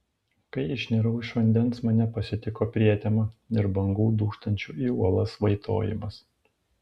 kai išnirau iš vandens mane pasitiko prietema ir bangų dūžtančių į uolas vaitojimas